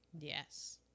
Yes